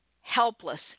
helpless